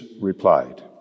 replied